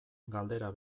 galdera